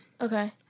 Okay